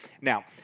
Now